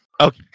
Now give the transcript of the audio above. Okay